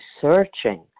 searching